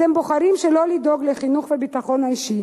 אתם בוחרים שלא לדאוג לחינוך ולביטחון האישי